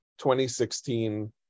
2016